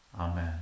Amen